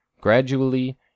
Gradually